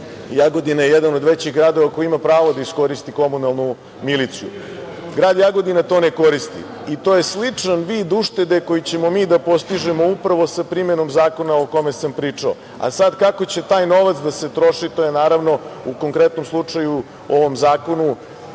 Jagodina je jedan od većih gradova koji ima pravo da iskoristi komunalnu miliciju. Grad Jagodina to ne koristi i to je sličan vid uštede koji ćemo mi da postižemo upravo za primenom zakona o kome sam pričao. A sada kako će taj novac da se troši, to je naravno u konkretnom slučaju u ovom zakonu,